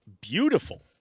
beautiful